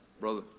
Brother